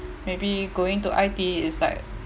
maybe going to I_T_E is like